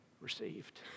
received